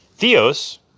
Theos